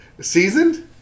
Seasoned